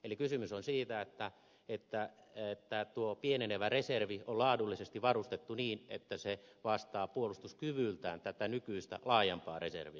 eli kysymys on siitä että tuo pienenevä reservi on laadullisesti varustettu niin että se vastaa puolustuskyvyltään tätä nykyistä laajempaa reserviä